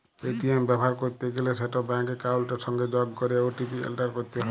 ATM ব্যাভার ক্যরতে গ্যালে সেট ব্যাংক একাউলটের সংগে যগ ক্যরে ও.টি.পি এলটার ক্যরতে হ্যয়